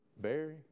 Barry